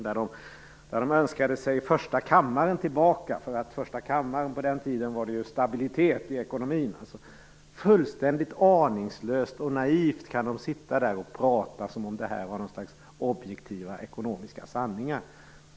Där önskade man sig första kammaren tillbaka. På första kammarens tid var det nämligen stabilitet i ekonomin. Fullständigt aningslöst och naivt sitter man där och pratar som om detta var något slags objektiva ekonomiska sanningar!